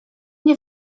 nie